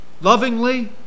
lovingly